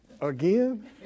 again